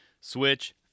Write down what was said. Switch